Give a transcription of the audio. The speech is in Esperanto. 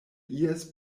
ies